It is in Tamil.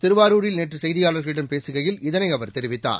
திருவாரூரில் நேற்று செய்தியாளர்களிடம் பேசுகையில் இதனை அவர் தெரிவித்தார்